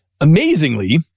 amazingly